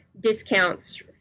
discounts